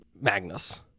Magnus